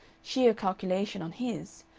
sheer calculation on his.